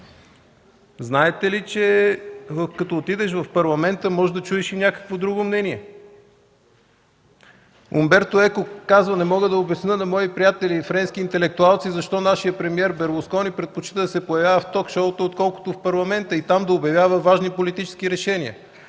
Знаете ли, че като отидеш в парламента можеш да чуеш и някакво друго мнение? Умберто Еко казва: „Не мога да обясня на мои приятели френски интелектуалци защо нашият премиер Берлускони предпочита да се появява в ток-шоута, отколкото в парламента и оттам да обявява важни политически решения”.